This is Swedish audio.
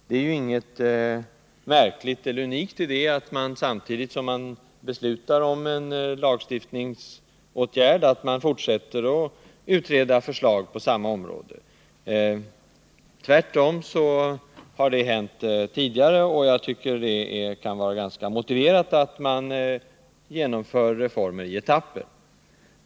Det ligger inte något märkligt eller unikt i att man, samtidigt som man beslutar om en lagstiftningsåtgärd, fortsätter att utreda förslag på samma område — tvärtom. Det har hänt tidigare. Det kan ofta vara motiverat att genomföra reformer i etapper.